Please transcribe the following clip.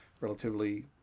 relatively